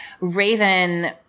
Raven